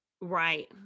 Right